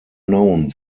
known